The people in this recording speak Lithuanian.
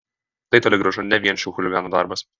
tai toli gražu ne vien šių chuliganų darbas